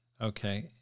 Okay